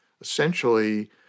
essentially